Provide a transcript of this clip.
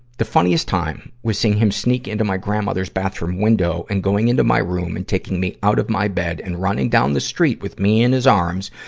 the funniest time was seeing him sneak into my grandmother's bathroom window and going into my room and taking me out of my bed and running down the street with me in his arms.